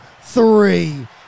three